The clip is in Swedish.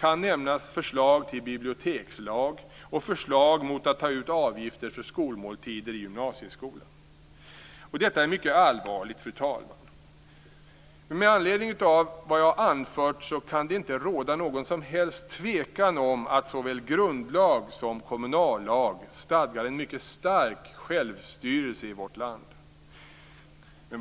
kan nämnas förslag till bibliotekslag och förslag mot att ta ut avgifter för skolmåltider i gymnasieskolan. Detta är något mycket allvarligt, fru talman. Med anledning av vad jag anfört kan det inte råda någon som helst tvekan om att såväl grundlag som kommunallag stadgar en mycket stark kommunal självstyrelse i vårt land.